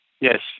yes